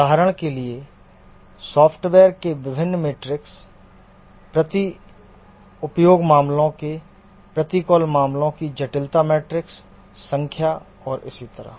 उदाहरण के लिए सॉफ्टवेयर के विभिन्न मेट्रिक्स प्रति उपयोग मामलों के प्रति कॉल मामलों की जटिलता मैट्रिक्स संख्या और इसी तरह